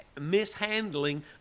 mishandling